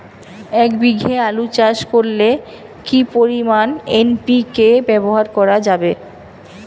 এক বিঘে আলু চাষ করলে কি পরিমাণ এন.পি.কে ব্যবহার করা যাবে?